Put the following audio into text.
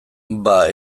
bada